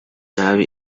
nabi